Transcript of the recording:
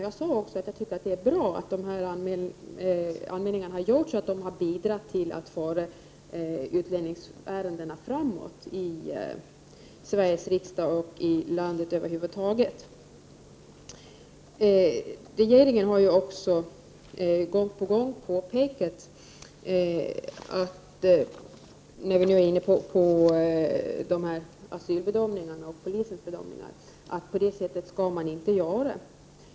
Jag sade också att jag tyckte att det är bra att de här anmälningarna har gjorts och att de har bidragit till att föra utlänningsärendena framåt i Sveriges riksdag och i landet över huvud taget. Regeringen har också gång på gång påpekat när det gäller de här asylbedömningarna och polisens bedömningar att på det sättet skall man inte göra.